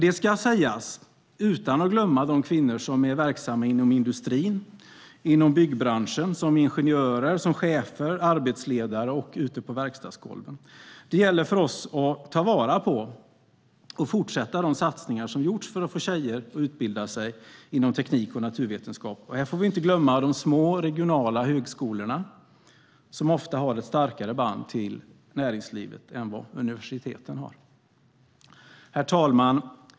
Detta bör göras utan att glömma de kvinnor som är verksamma inom industrin och byggbranschen som ingenjörer, chefer, arbetsledare och på verkstadsgolven. Det gäller för oss att ta vara på och fortsätta de satsningar som gjorts för att få tjejer att utbilda sig inom teknik och naturvetenskap. Här får vi inte glömma de små regionala högskolorna, som ofta har ett starkare band till näringslivet än vad universiteten har. Herr talman!